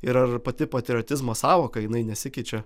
ir ar pati patriotizmo sąvoka jinai nesikeičia